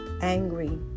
angry